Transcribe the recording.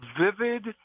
vivid